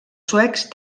suecs